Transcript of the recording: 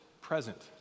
present